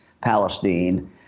Palestine